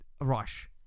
rush